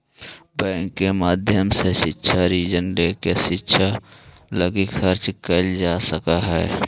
bank के माध्यम से शिक्षा ऋण लेके शिक्षा लगी खर्च कैल जा सकऽ हई